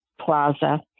plaza